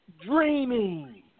dreaming